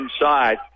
inside